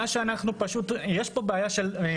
בלי להיכנס לפרטים זה שבע שנים של עינוי דין.